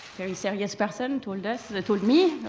very serious person, told us they told me